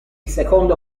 secondo